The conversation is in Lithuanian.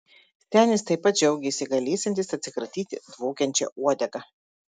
senis taip pat džiaugėsi galėsiantis atsikratyti dvokiančia uodega